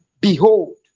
behold